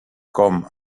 com